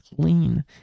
clean